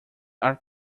are